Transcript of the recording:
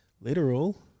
literal